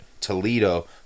Toledo